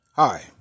Hi